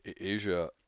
Asia